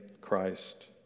Christ